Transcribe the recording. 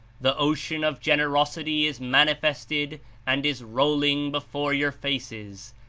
the ocean of generosity is manifested and is rolling before your faces,